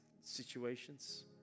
situations